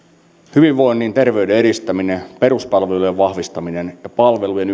hyvinvoinnin ja terveyden edistäminen peruspalvelujen vahvistaminen ja palvelujen